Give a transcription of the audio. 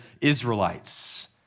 Israelites